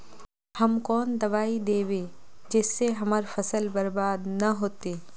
हम कौन दबाइ दैबे जिससे हमर फसल बर्बाद न होते?